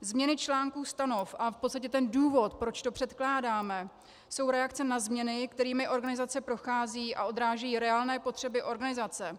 Změny článků stanov a v podstatě důvod, proč to předkládáme, jsou reakce na změny, kterými organizace prochází, a odráží reálné potřeby organizace.